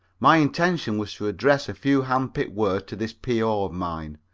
my intention was to address a few handpicked words to this p o. of mine,